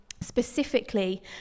specifically